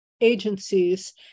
agencies